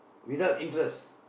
without interest